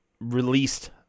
released